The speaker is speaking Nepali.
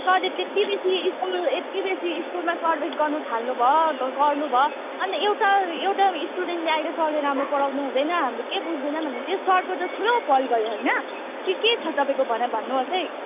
सरले त्यति बेसी स्कुल यति बेसी स्कुलमा सर्विस गर्नुथाल्नु भयो ग गर्नुभयो अन्त एउटा एउटा स्टुडेन्टले आएर सरले राम्रो पढाउनुहुँदैन हामीले केही बुझ्दैन भन्यो भने त त्यो सरको त ठुलो फल्ट भयो होइन कि के छ तपाईँको भनाइ भन्नुहोस् है